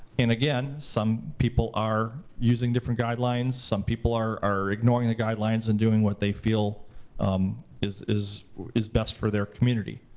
and, again, some people are using different guidelines. some people are ignoring the guidelines and doing what they feel is is best for their community.